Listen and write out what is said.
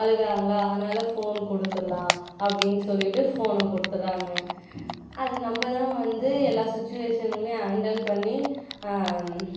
அழுகுறாங்களா அதனால ஃபோனு கொடுத்துர்லாம் அப்படின்னு சொல்லிட்டு ஃபோனை கொடுத்துட்றாங்க அது நம்ம தான் வந்து எல்லா சுச்சுவேஷன்லியும் ஹாண்டில் பண்ணி